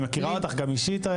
אני מכירה אותך גם אישית,